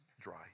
dry